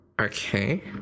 okay